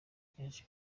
yaje